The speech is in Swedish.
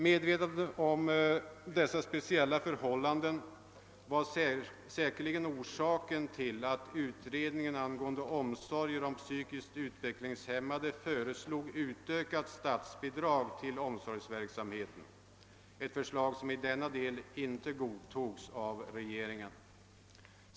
Medvetandet om dessa speciella förhållanden var säkerligen orsaken till att utredningen angående omsorger om psykiskt utvecklingshämmade föreslog utökade statsbidrag till omsorgsverksamheten, ett förslag som i denna del inte godtogs av regeringen.